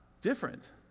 Different